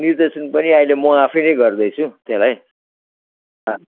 निर्देशन पनि अहिले म आफै नै गर्दैछु त्यसलाई